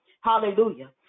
Hallelujah